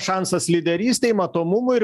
šansas lyderystei matomumui ir